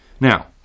Now